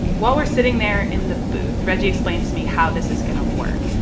while we're sitting there in the booth, reggie explains to me how this is going to work.